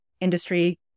industry